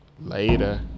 Later